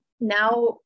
Now